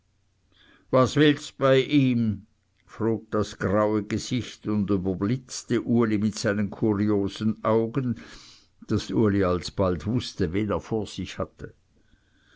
was willst bei ihm frug das graue gesicht und über blitzte uli mit seinen kuriosen augen daß uli alsbald wußte wen er vor sich hatte